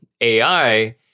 AI